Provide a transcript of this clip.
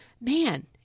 Man